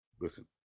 listen